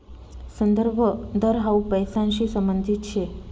संदर्भ दर हाउ पैसांशी संबंधित शे